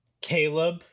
Caleb